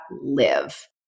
live